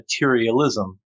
materialism